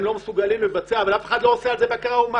הם לא מסוגלים לבצע אבל אף אחד לא עושה על זה בקרה ומעקב.